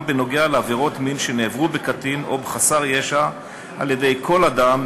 בנוגע לעבירות מין שנעברו בקטין או בחסר ישע על-ידי כל אדם,